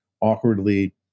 awkwardly